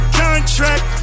contract